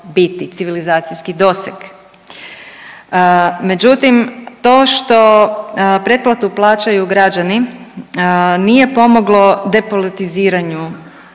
civilizacijski doseg. Međutim, to što pretplatu plaćaju građani, nije pomoglo depolitiziranju